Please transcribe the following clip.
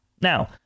Now